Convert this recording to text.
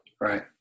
Right